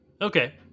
Okay